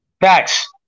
Facts